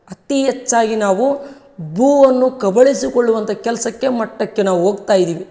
ಅತಿ ಹೆಚ್ಚಾಗಿ ನಾವು ಭೂ ಅನ್ನು ಕಬಳಿಸಿಕೊಳ್ಳುವಂಥ ಕೆಲಸಕ್ಕೆ ಮಟ್ಟಕ್ಕೆ ನಾವು ಹೋಗ್ತಾ ಇದ್ದೀವಿ